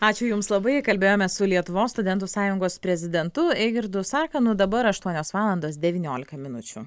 ačiū jums labai kalbėjomės su lietuvos studentų sąjungos prezidentu eigirdu sarkanu nuo dabar aštuonios valandos devyniolika minučių